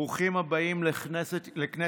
ברוכים הבאים לכנסת.